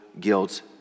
guilt